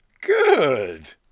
Good